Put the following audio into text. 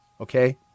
Okay